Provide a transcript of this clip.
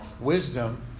Wisdom